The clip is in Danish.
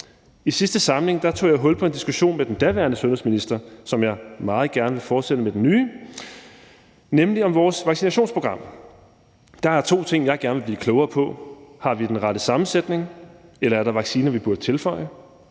I sidste samling tog jeg hul på en diskussion med den daværende sundhedsminister, som jeg meget gerne vil fortsætte med den nye sundhedsminister, nemlig om vores vaccinationsprogram. Der er to ting, jeg gerne vil blive klogere på: Har vi den rette sammensætning, eller er der vacciner, vi burde tilføje,